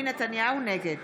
נגד